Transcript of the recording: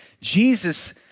Jesus